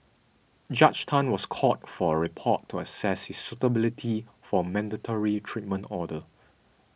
Judge Tan was called for a report to access his suitability for a mandatory treatment order